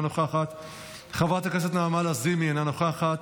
אינה נוכחת,